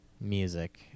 music